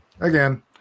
again